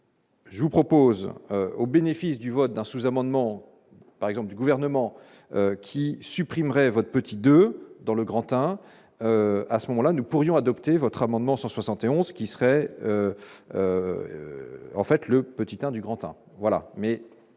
Je vous propose, au bénéfice du vote d'un sous-amendement par exemple du gouvernement qui supprimerait votre petit 2 dans le grand teint à ce moment-là, nous pourrions adopter votre amendement 171 qui s'. C'est. En fait, le petit train du grand